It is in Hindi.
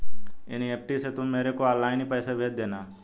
एन.ई.एफ.टी से तुम मेरे को ऑनलाइन ही पैसे भेज देना